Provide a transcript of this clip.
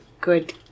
good